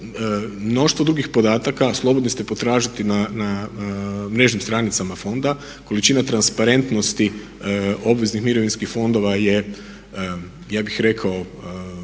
mnoštvo drugi podataka slobodni ste potražiti na mrežnim stranicama fonda, količina transparentnosti obveznih mirovinskih fondova je ja bih rekao